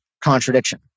contradiction